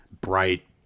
Bright